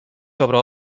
sobre